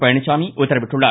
பழனிச்சாமி உத்தரவிட்டுள்ளார்